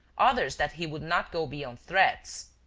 others that he would not go beyond threats.